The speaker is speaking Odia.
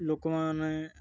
ଲୋକମାନେ